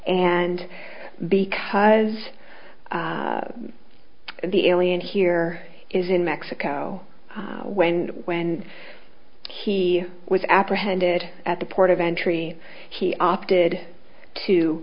and because the alien here is in mexico when when he was apprehended at the port of entry he opted to